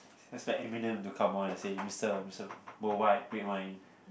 then you expect have to come on and say mister mister worldwide red wine